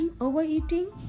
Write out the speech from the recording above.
overeating